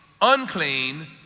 unclean